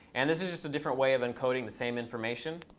and this is just a different way of encoding the same information.